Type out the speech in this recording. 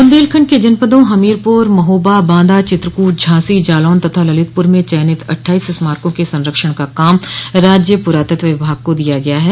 बुन्देलखंड के जनपदों हमीरपुर महोबा बांदा चित्रकूट झांसी जालौन तथा ललितपर में चयनित अट्ठाईस स्मारकों के संरक्षण का काम राज्य पुरातत्व विभाग को दिया गया है